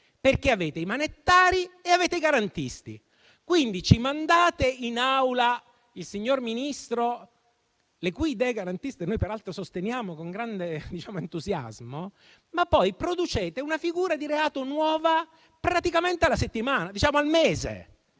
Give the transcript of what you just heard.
perché avete i manettari e avete i garantisti. Quindi, ci mandate in Aula il signor Ministro, le cui idee garantiste noi peraltro sosteniamo con grande entusiasmo, ma poi producete una figura di reato nuova al mese e aumentate le pene.